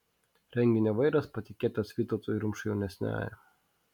renginio vairas patikėtas vytautui rumšui jaunesniajam